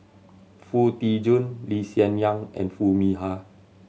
Foo Tee Jun Lee Hsien Yang and Foo Mee Har